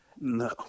No